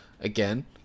again